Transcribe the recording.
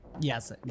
Yes